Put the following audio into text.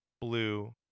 blue